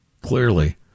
Clearly